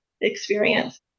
experience